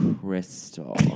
Crystal